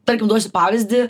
tarkim duosiu pavyzdį